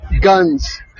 guns